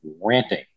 ranting